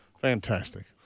Fantastic